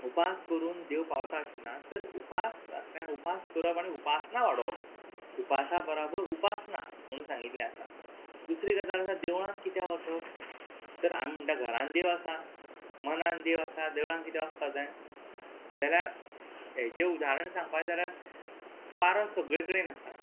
उपास करून देव पावता अशें ना तर उपासांतल्यान उपास करप आनी उपासना वाडोवप उपासा बराबर उपासना म्हुणू सांगिल्लें आसा दुसरी गजाल आसा देवळान कित्या वचप तर आम म्हणटा घरान देव आसा मनान देव आसा देवळान कित्या वसपा जाय जाल्यार हेजें उधारण सांगपा जाल्यार वारो सगळे कडेन आसा